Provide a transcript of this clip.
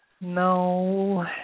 No